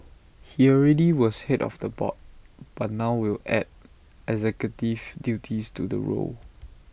he already was Head of the board but now will add executive duties to the role